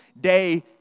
day